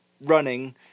running